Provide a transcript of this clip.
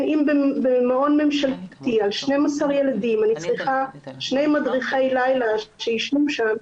אם במעון ממשלתי על 12 ילדים אני צריכה שני מדריכי לילה שישנו שם,